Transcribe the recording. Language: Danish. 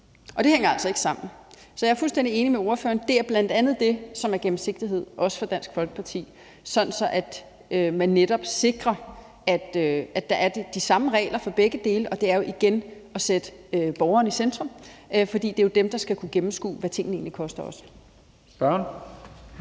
og det hænger altså ikke sammen. Så jeg er fuldstændig enig med ordføreren. Det er bl.a. det, som er gennemsigtighed, også for Dansk Folkeparti, sådan at man netop sikrer, at der er de samme regler for begge dele, og det er jo igen at sætte borgeren i centrum, fordi det jo er dem, der skal kunne gennemskue, hvad tingene egentlig koster.